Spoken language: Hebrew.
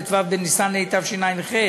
עד ט"ו בניסן התשע"ח,